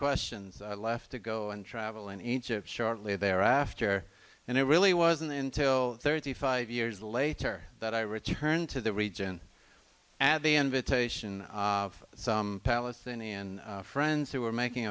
question i left to go and travel in egypt shortly thereafter and it really wasn't until thirty five years later that i returned to the region at the invitation of some palestinian friends who were making